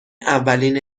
اولین